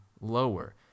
lower